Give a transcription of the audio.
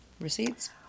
Receipts